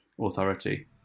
authority